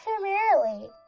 primarily